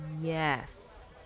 Yes